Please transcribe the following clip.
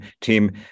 team